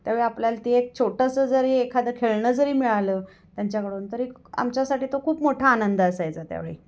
त्यावेळी आपल्याला ते एक छोटंसं जरी एखादं खेळणं जरी मिळालं त्यांच्याकडून तरी आमच्यासाठी तो खूप मोठा आनंद असायचा त्यावेळी